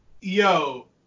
yo